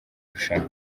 rushanwa